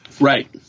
Right